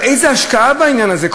על איזה השקעה בעניין הזה?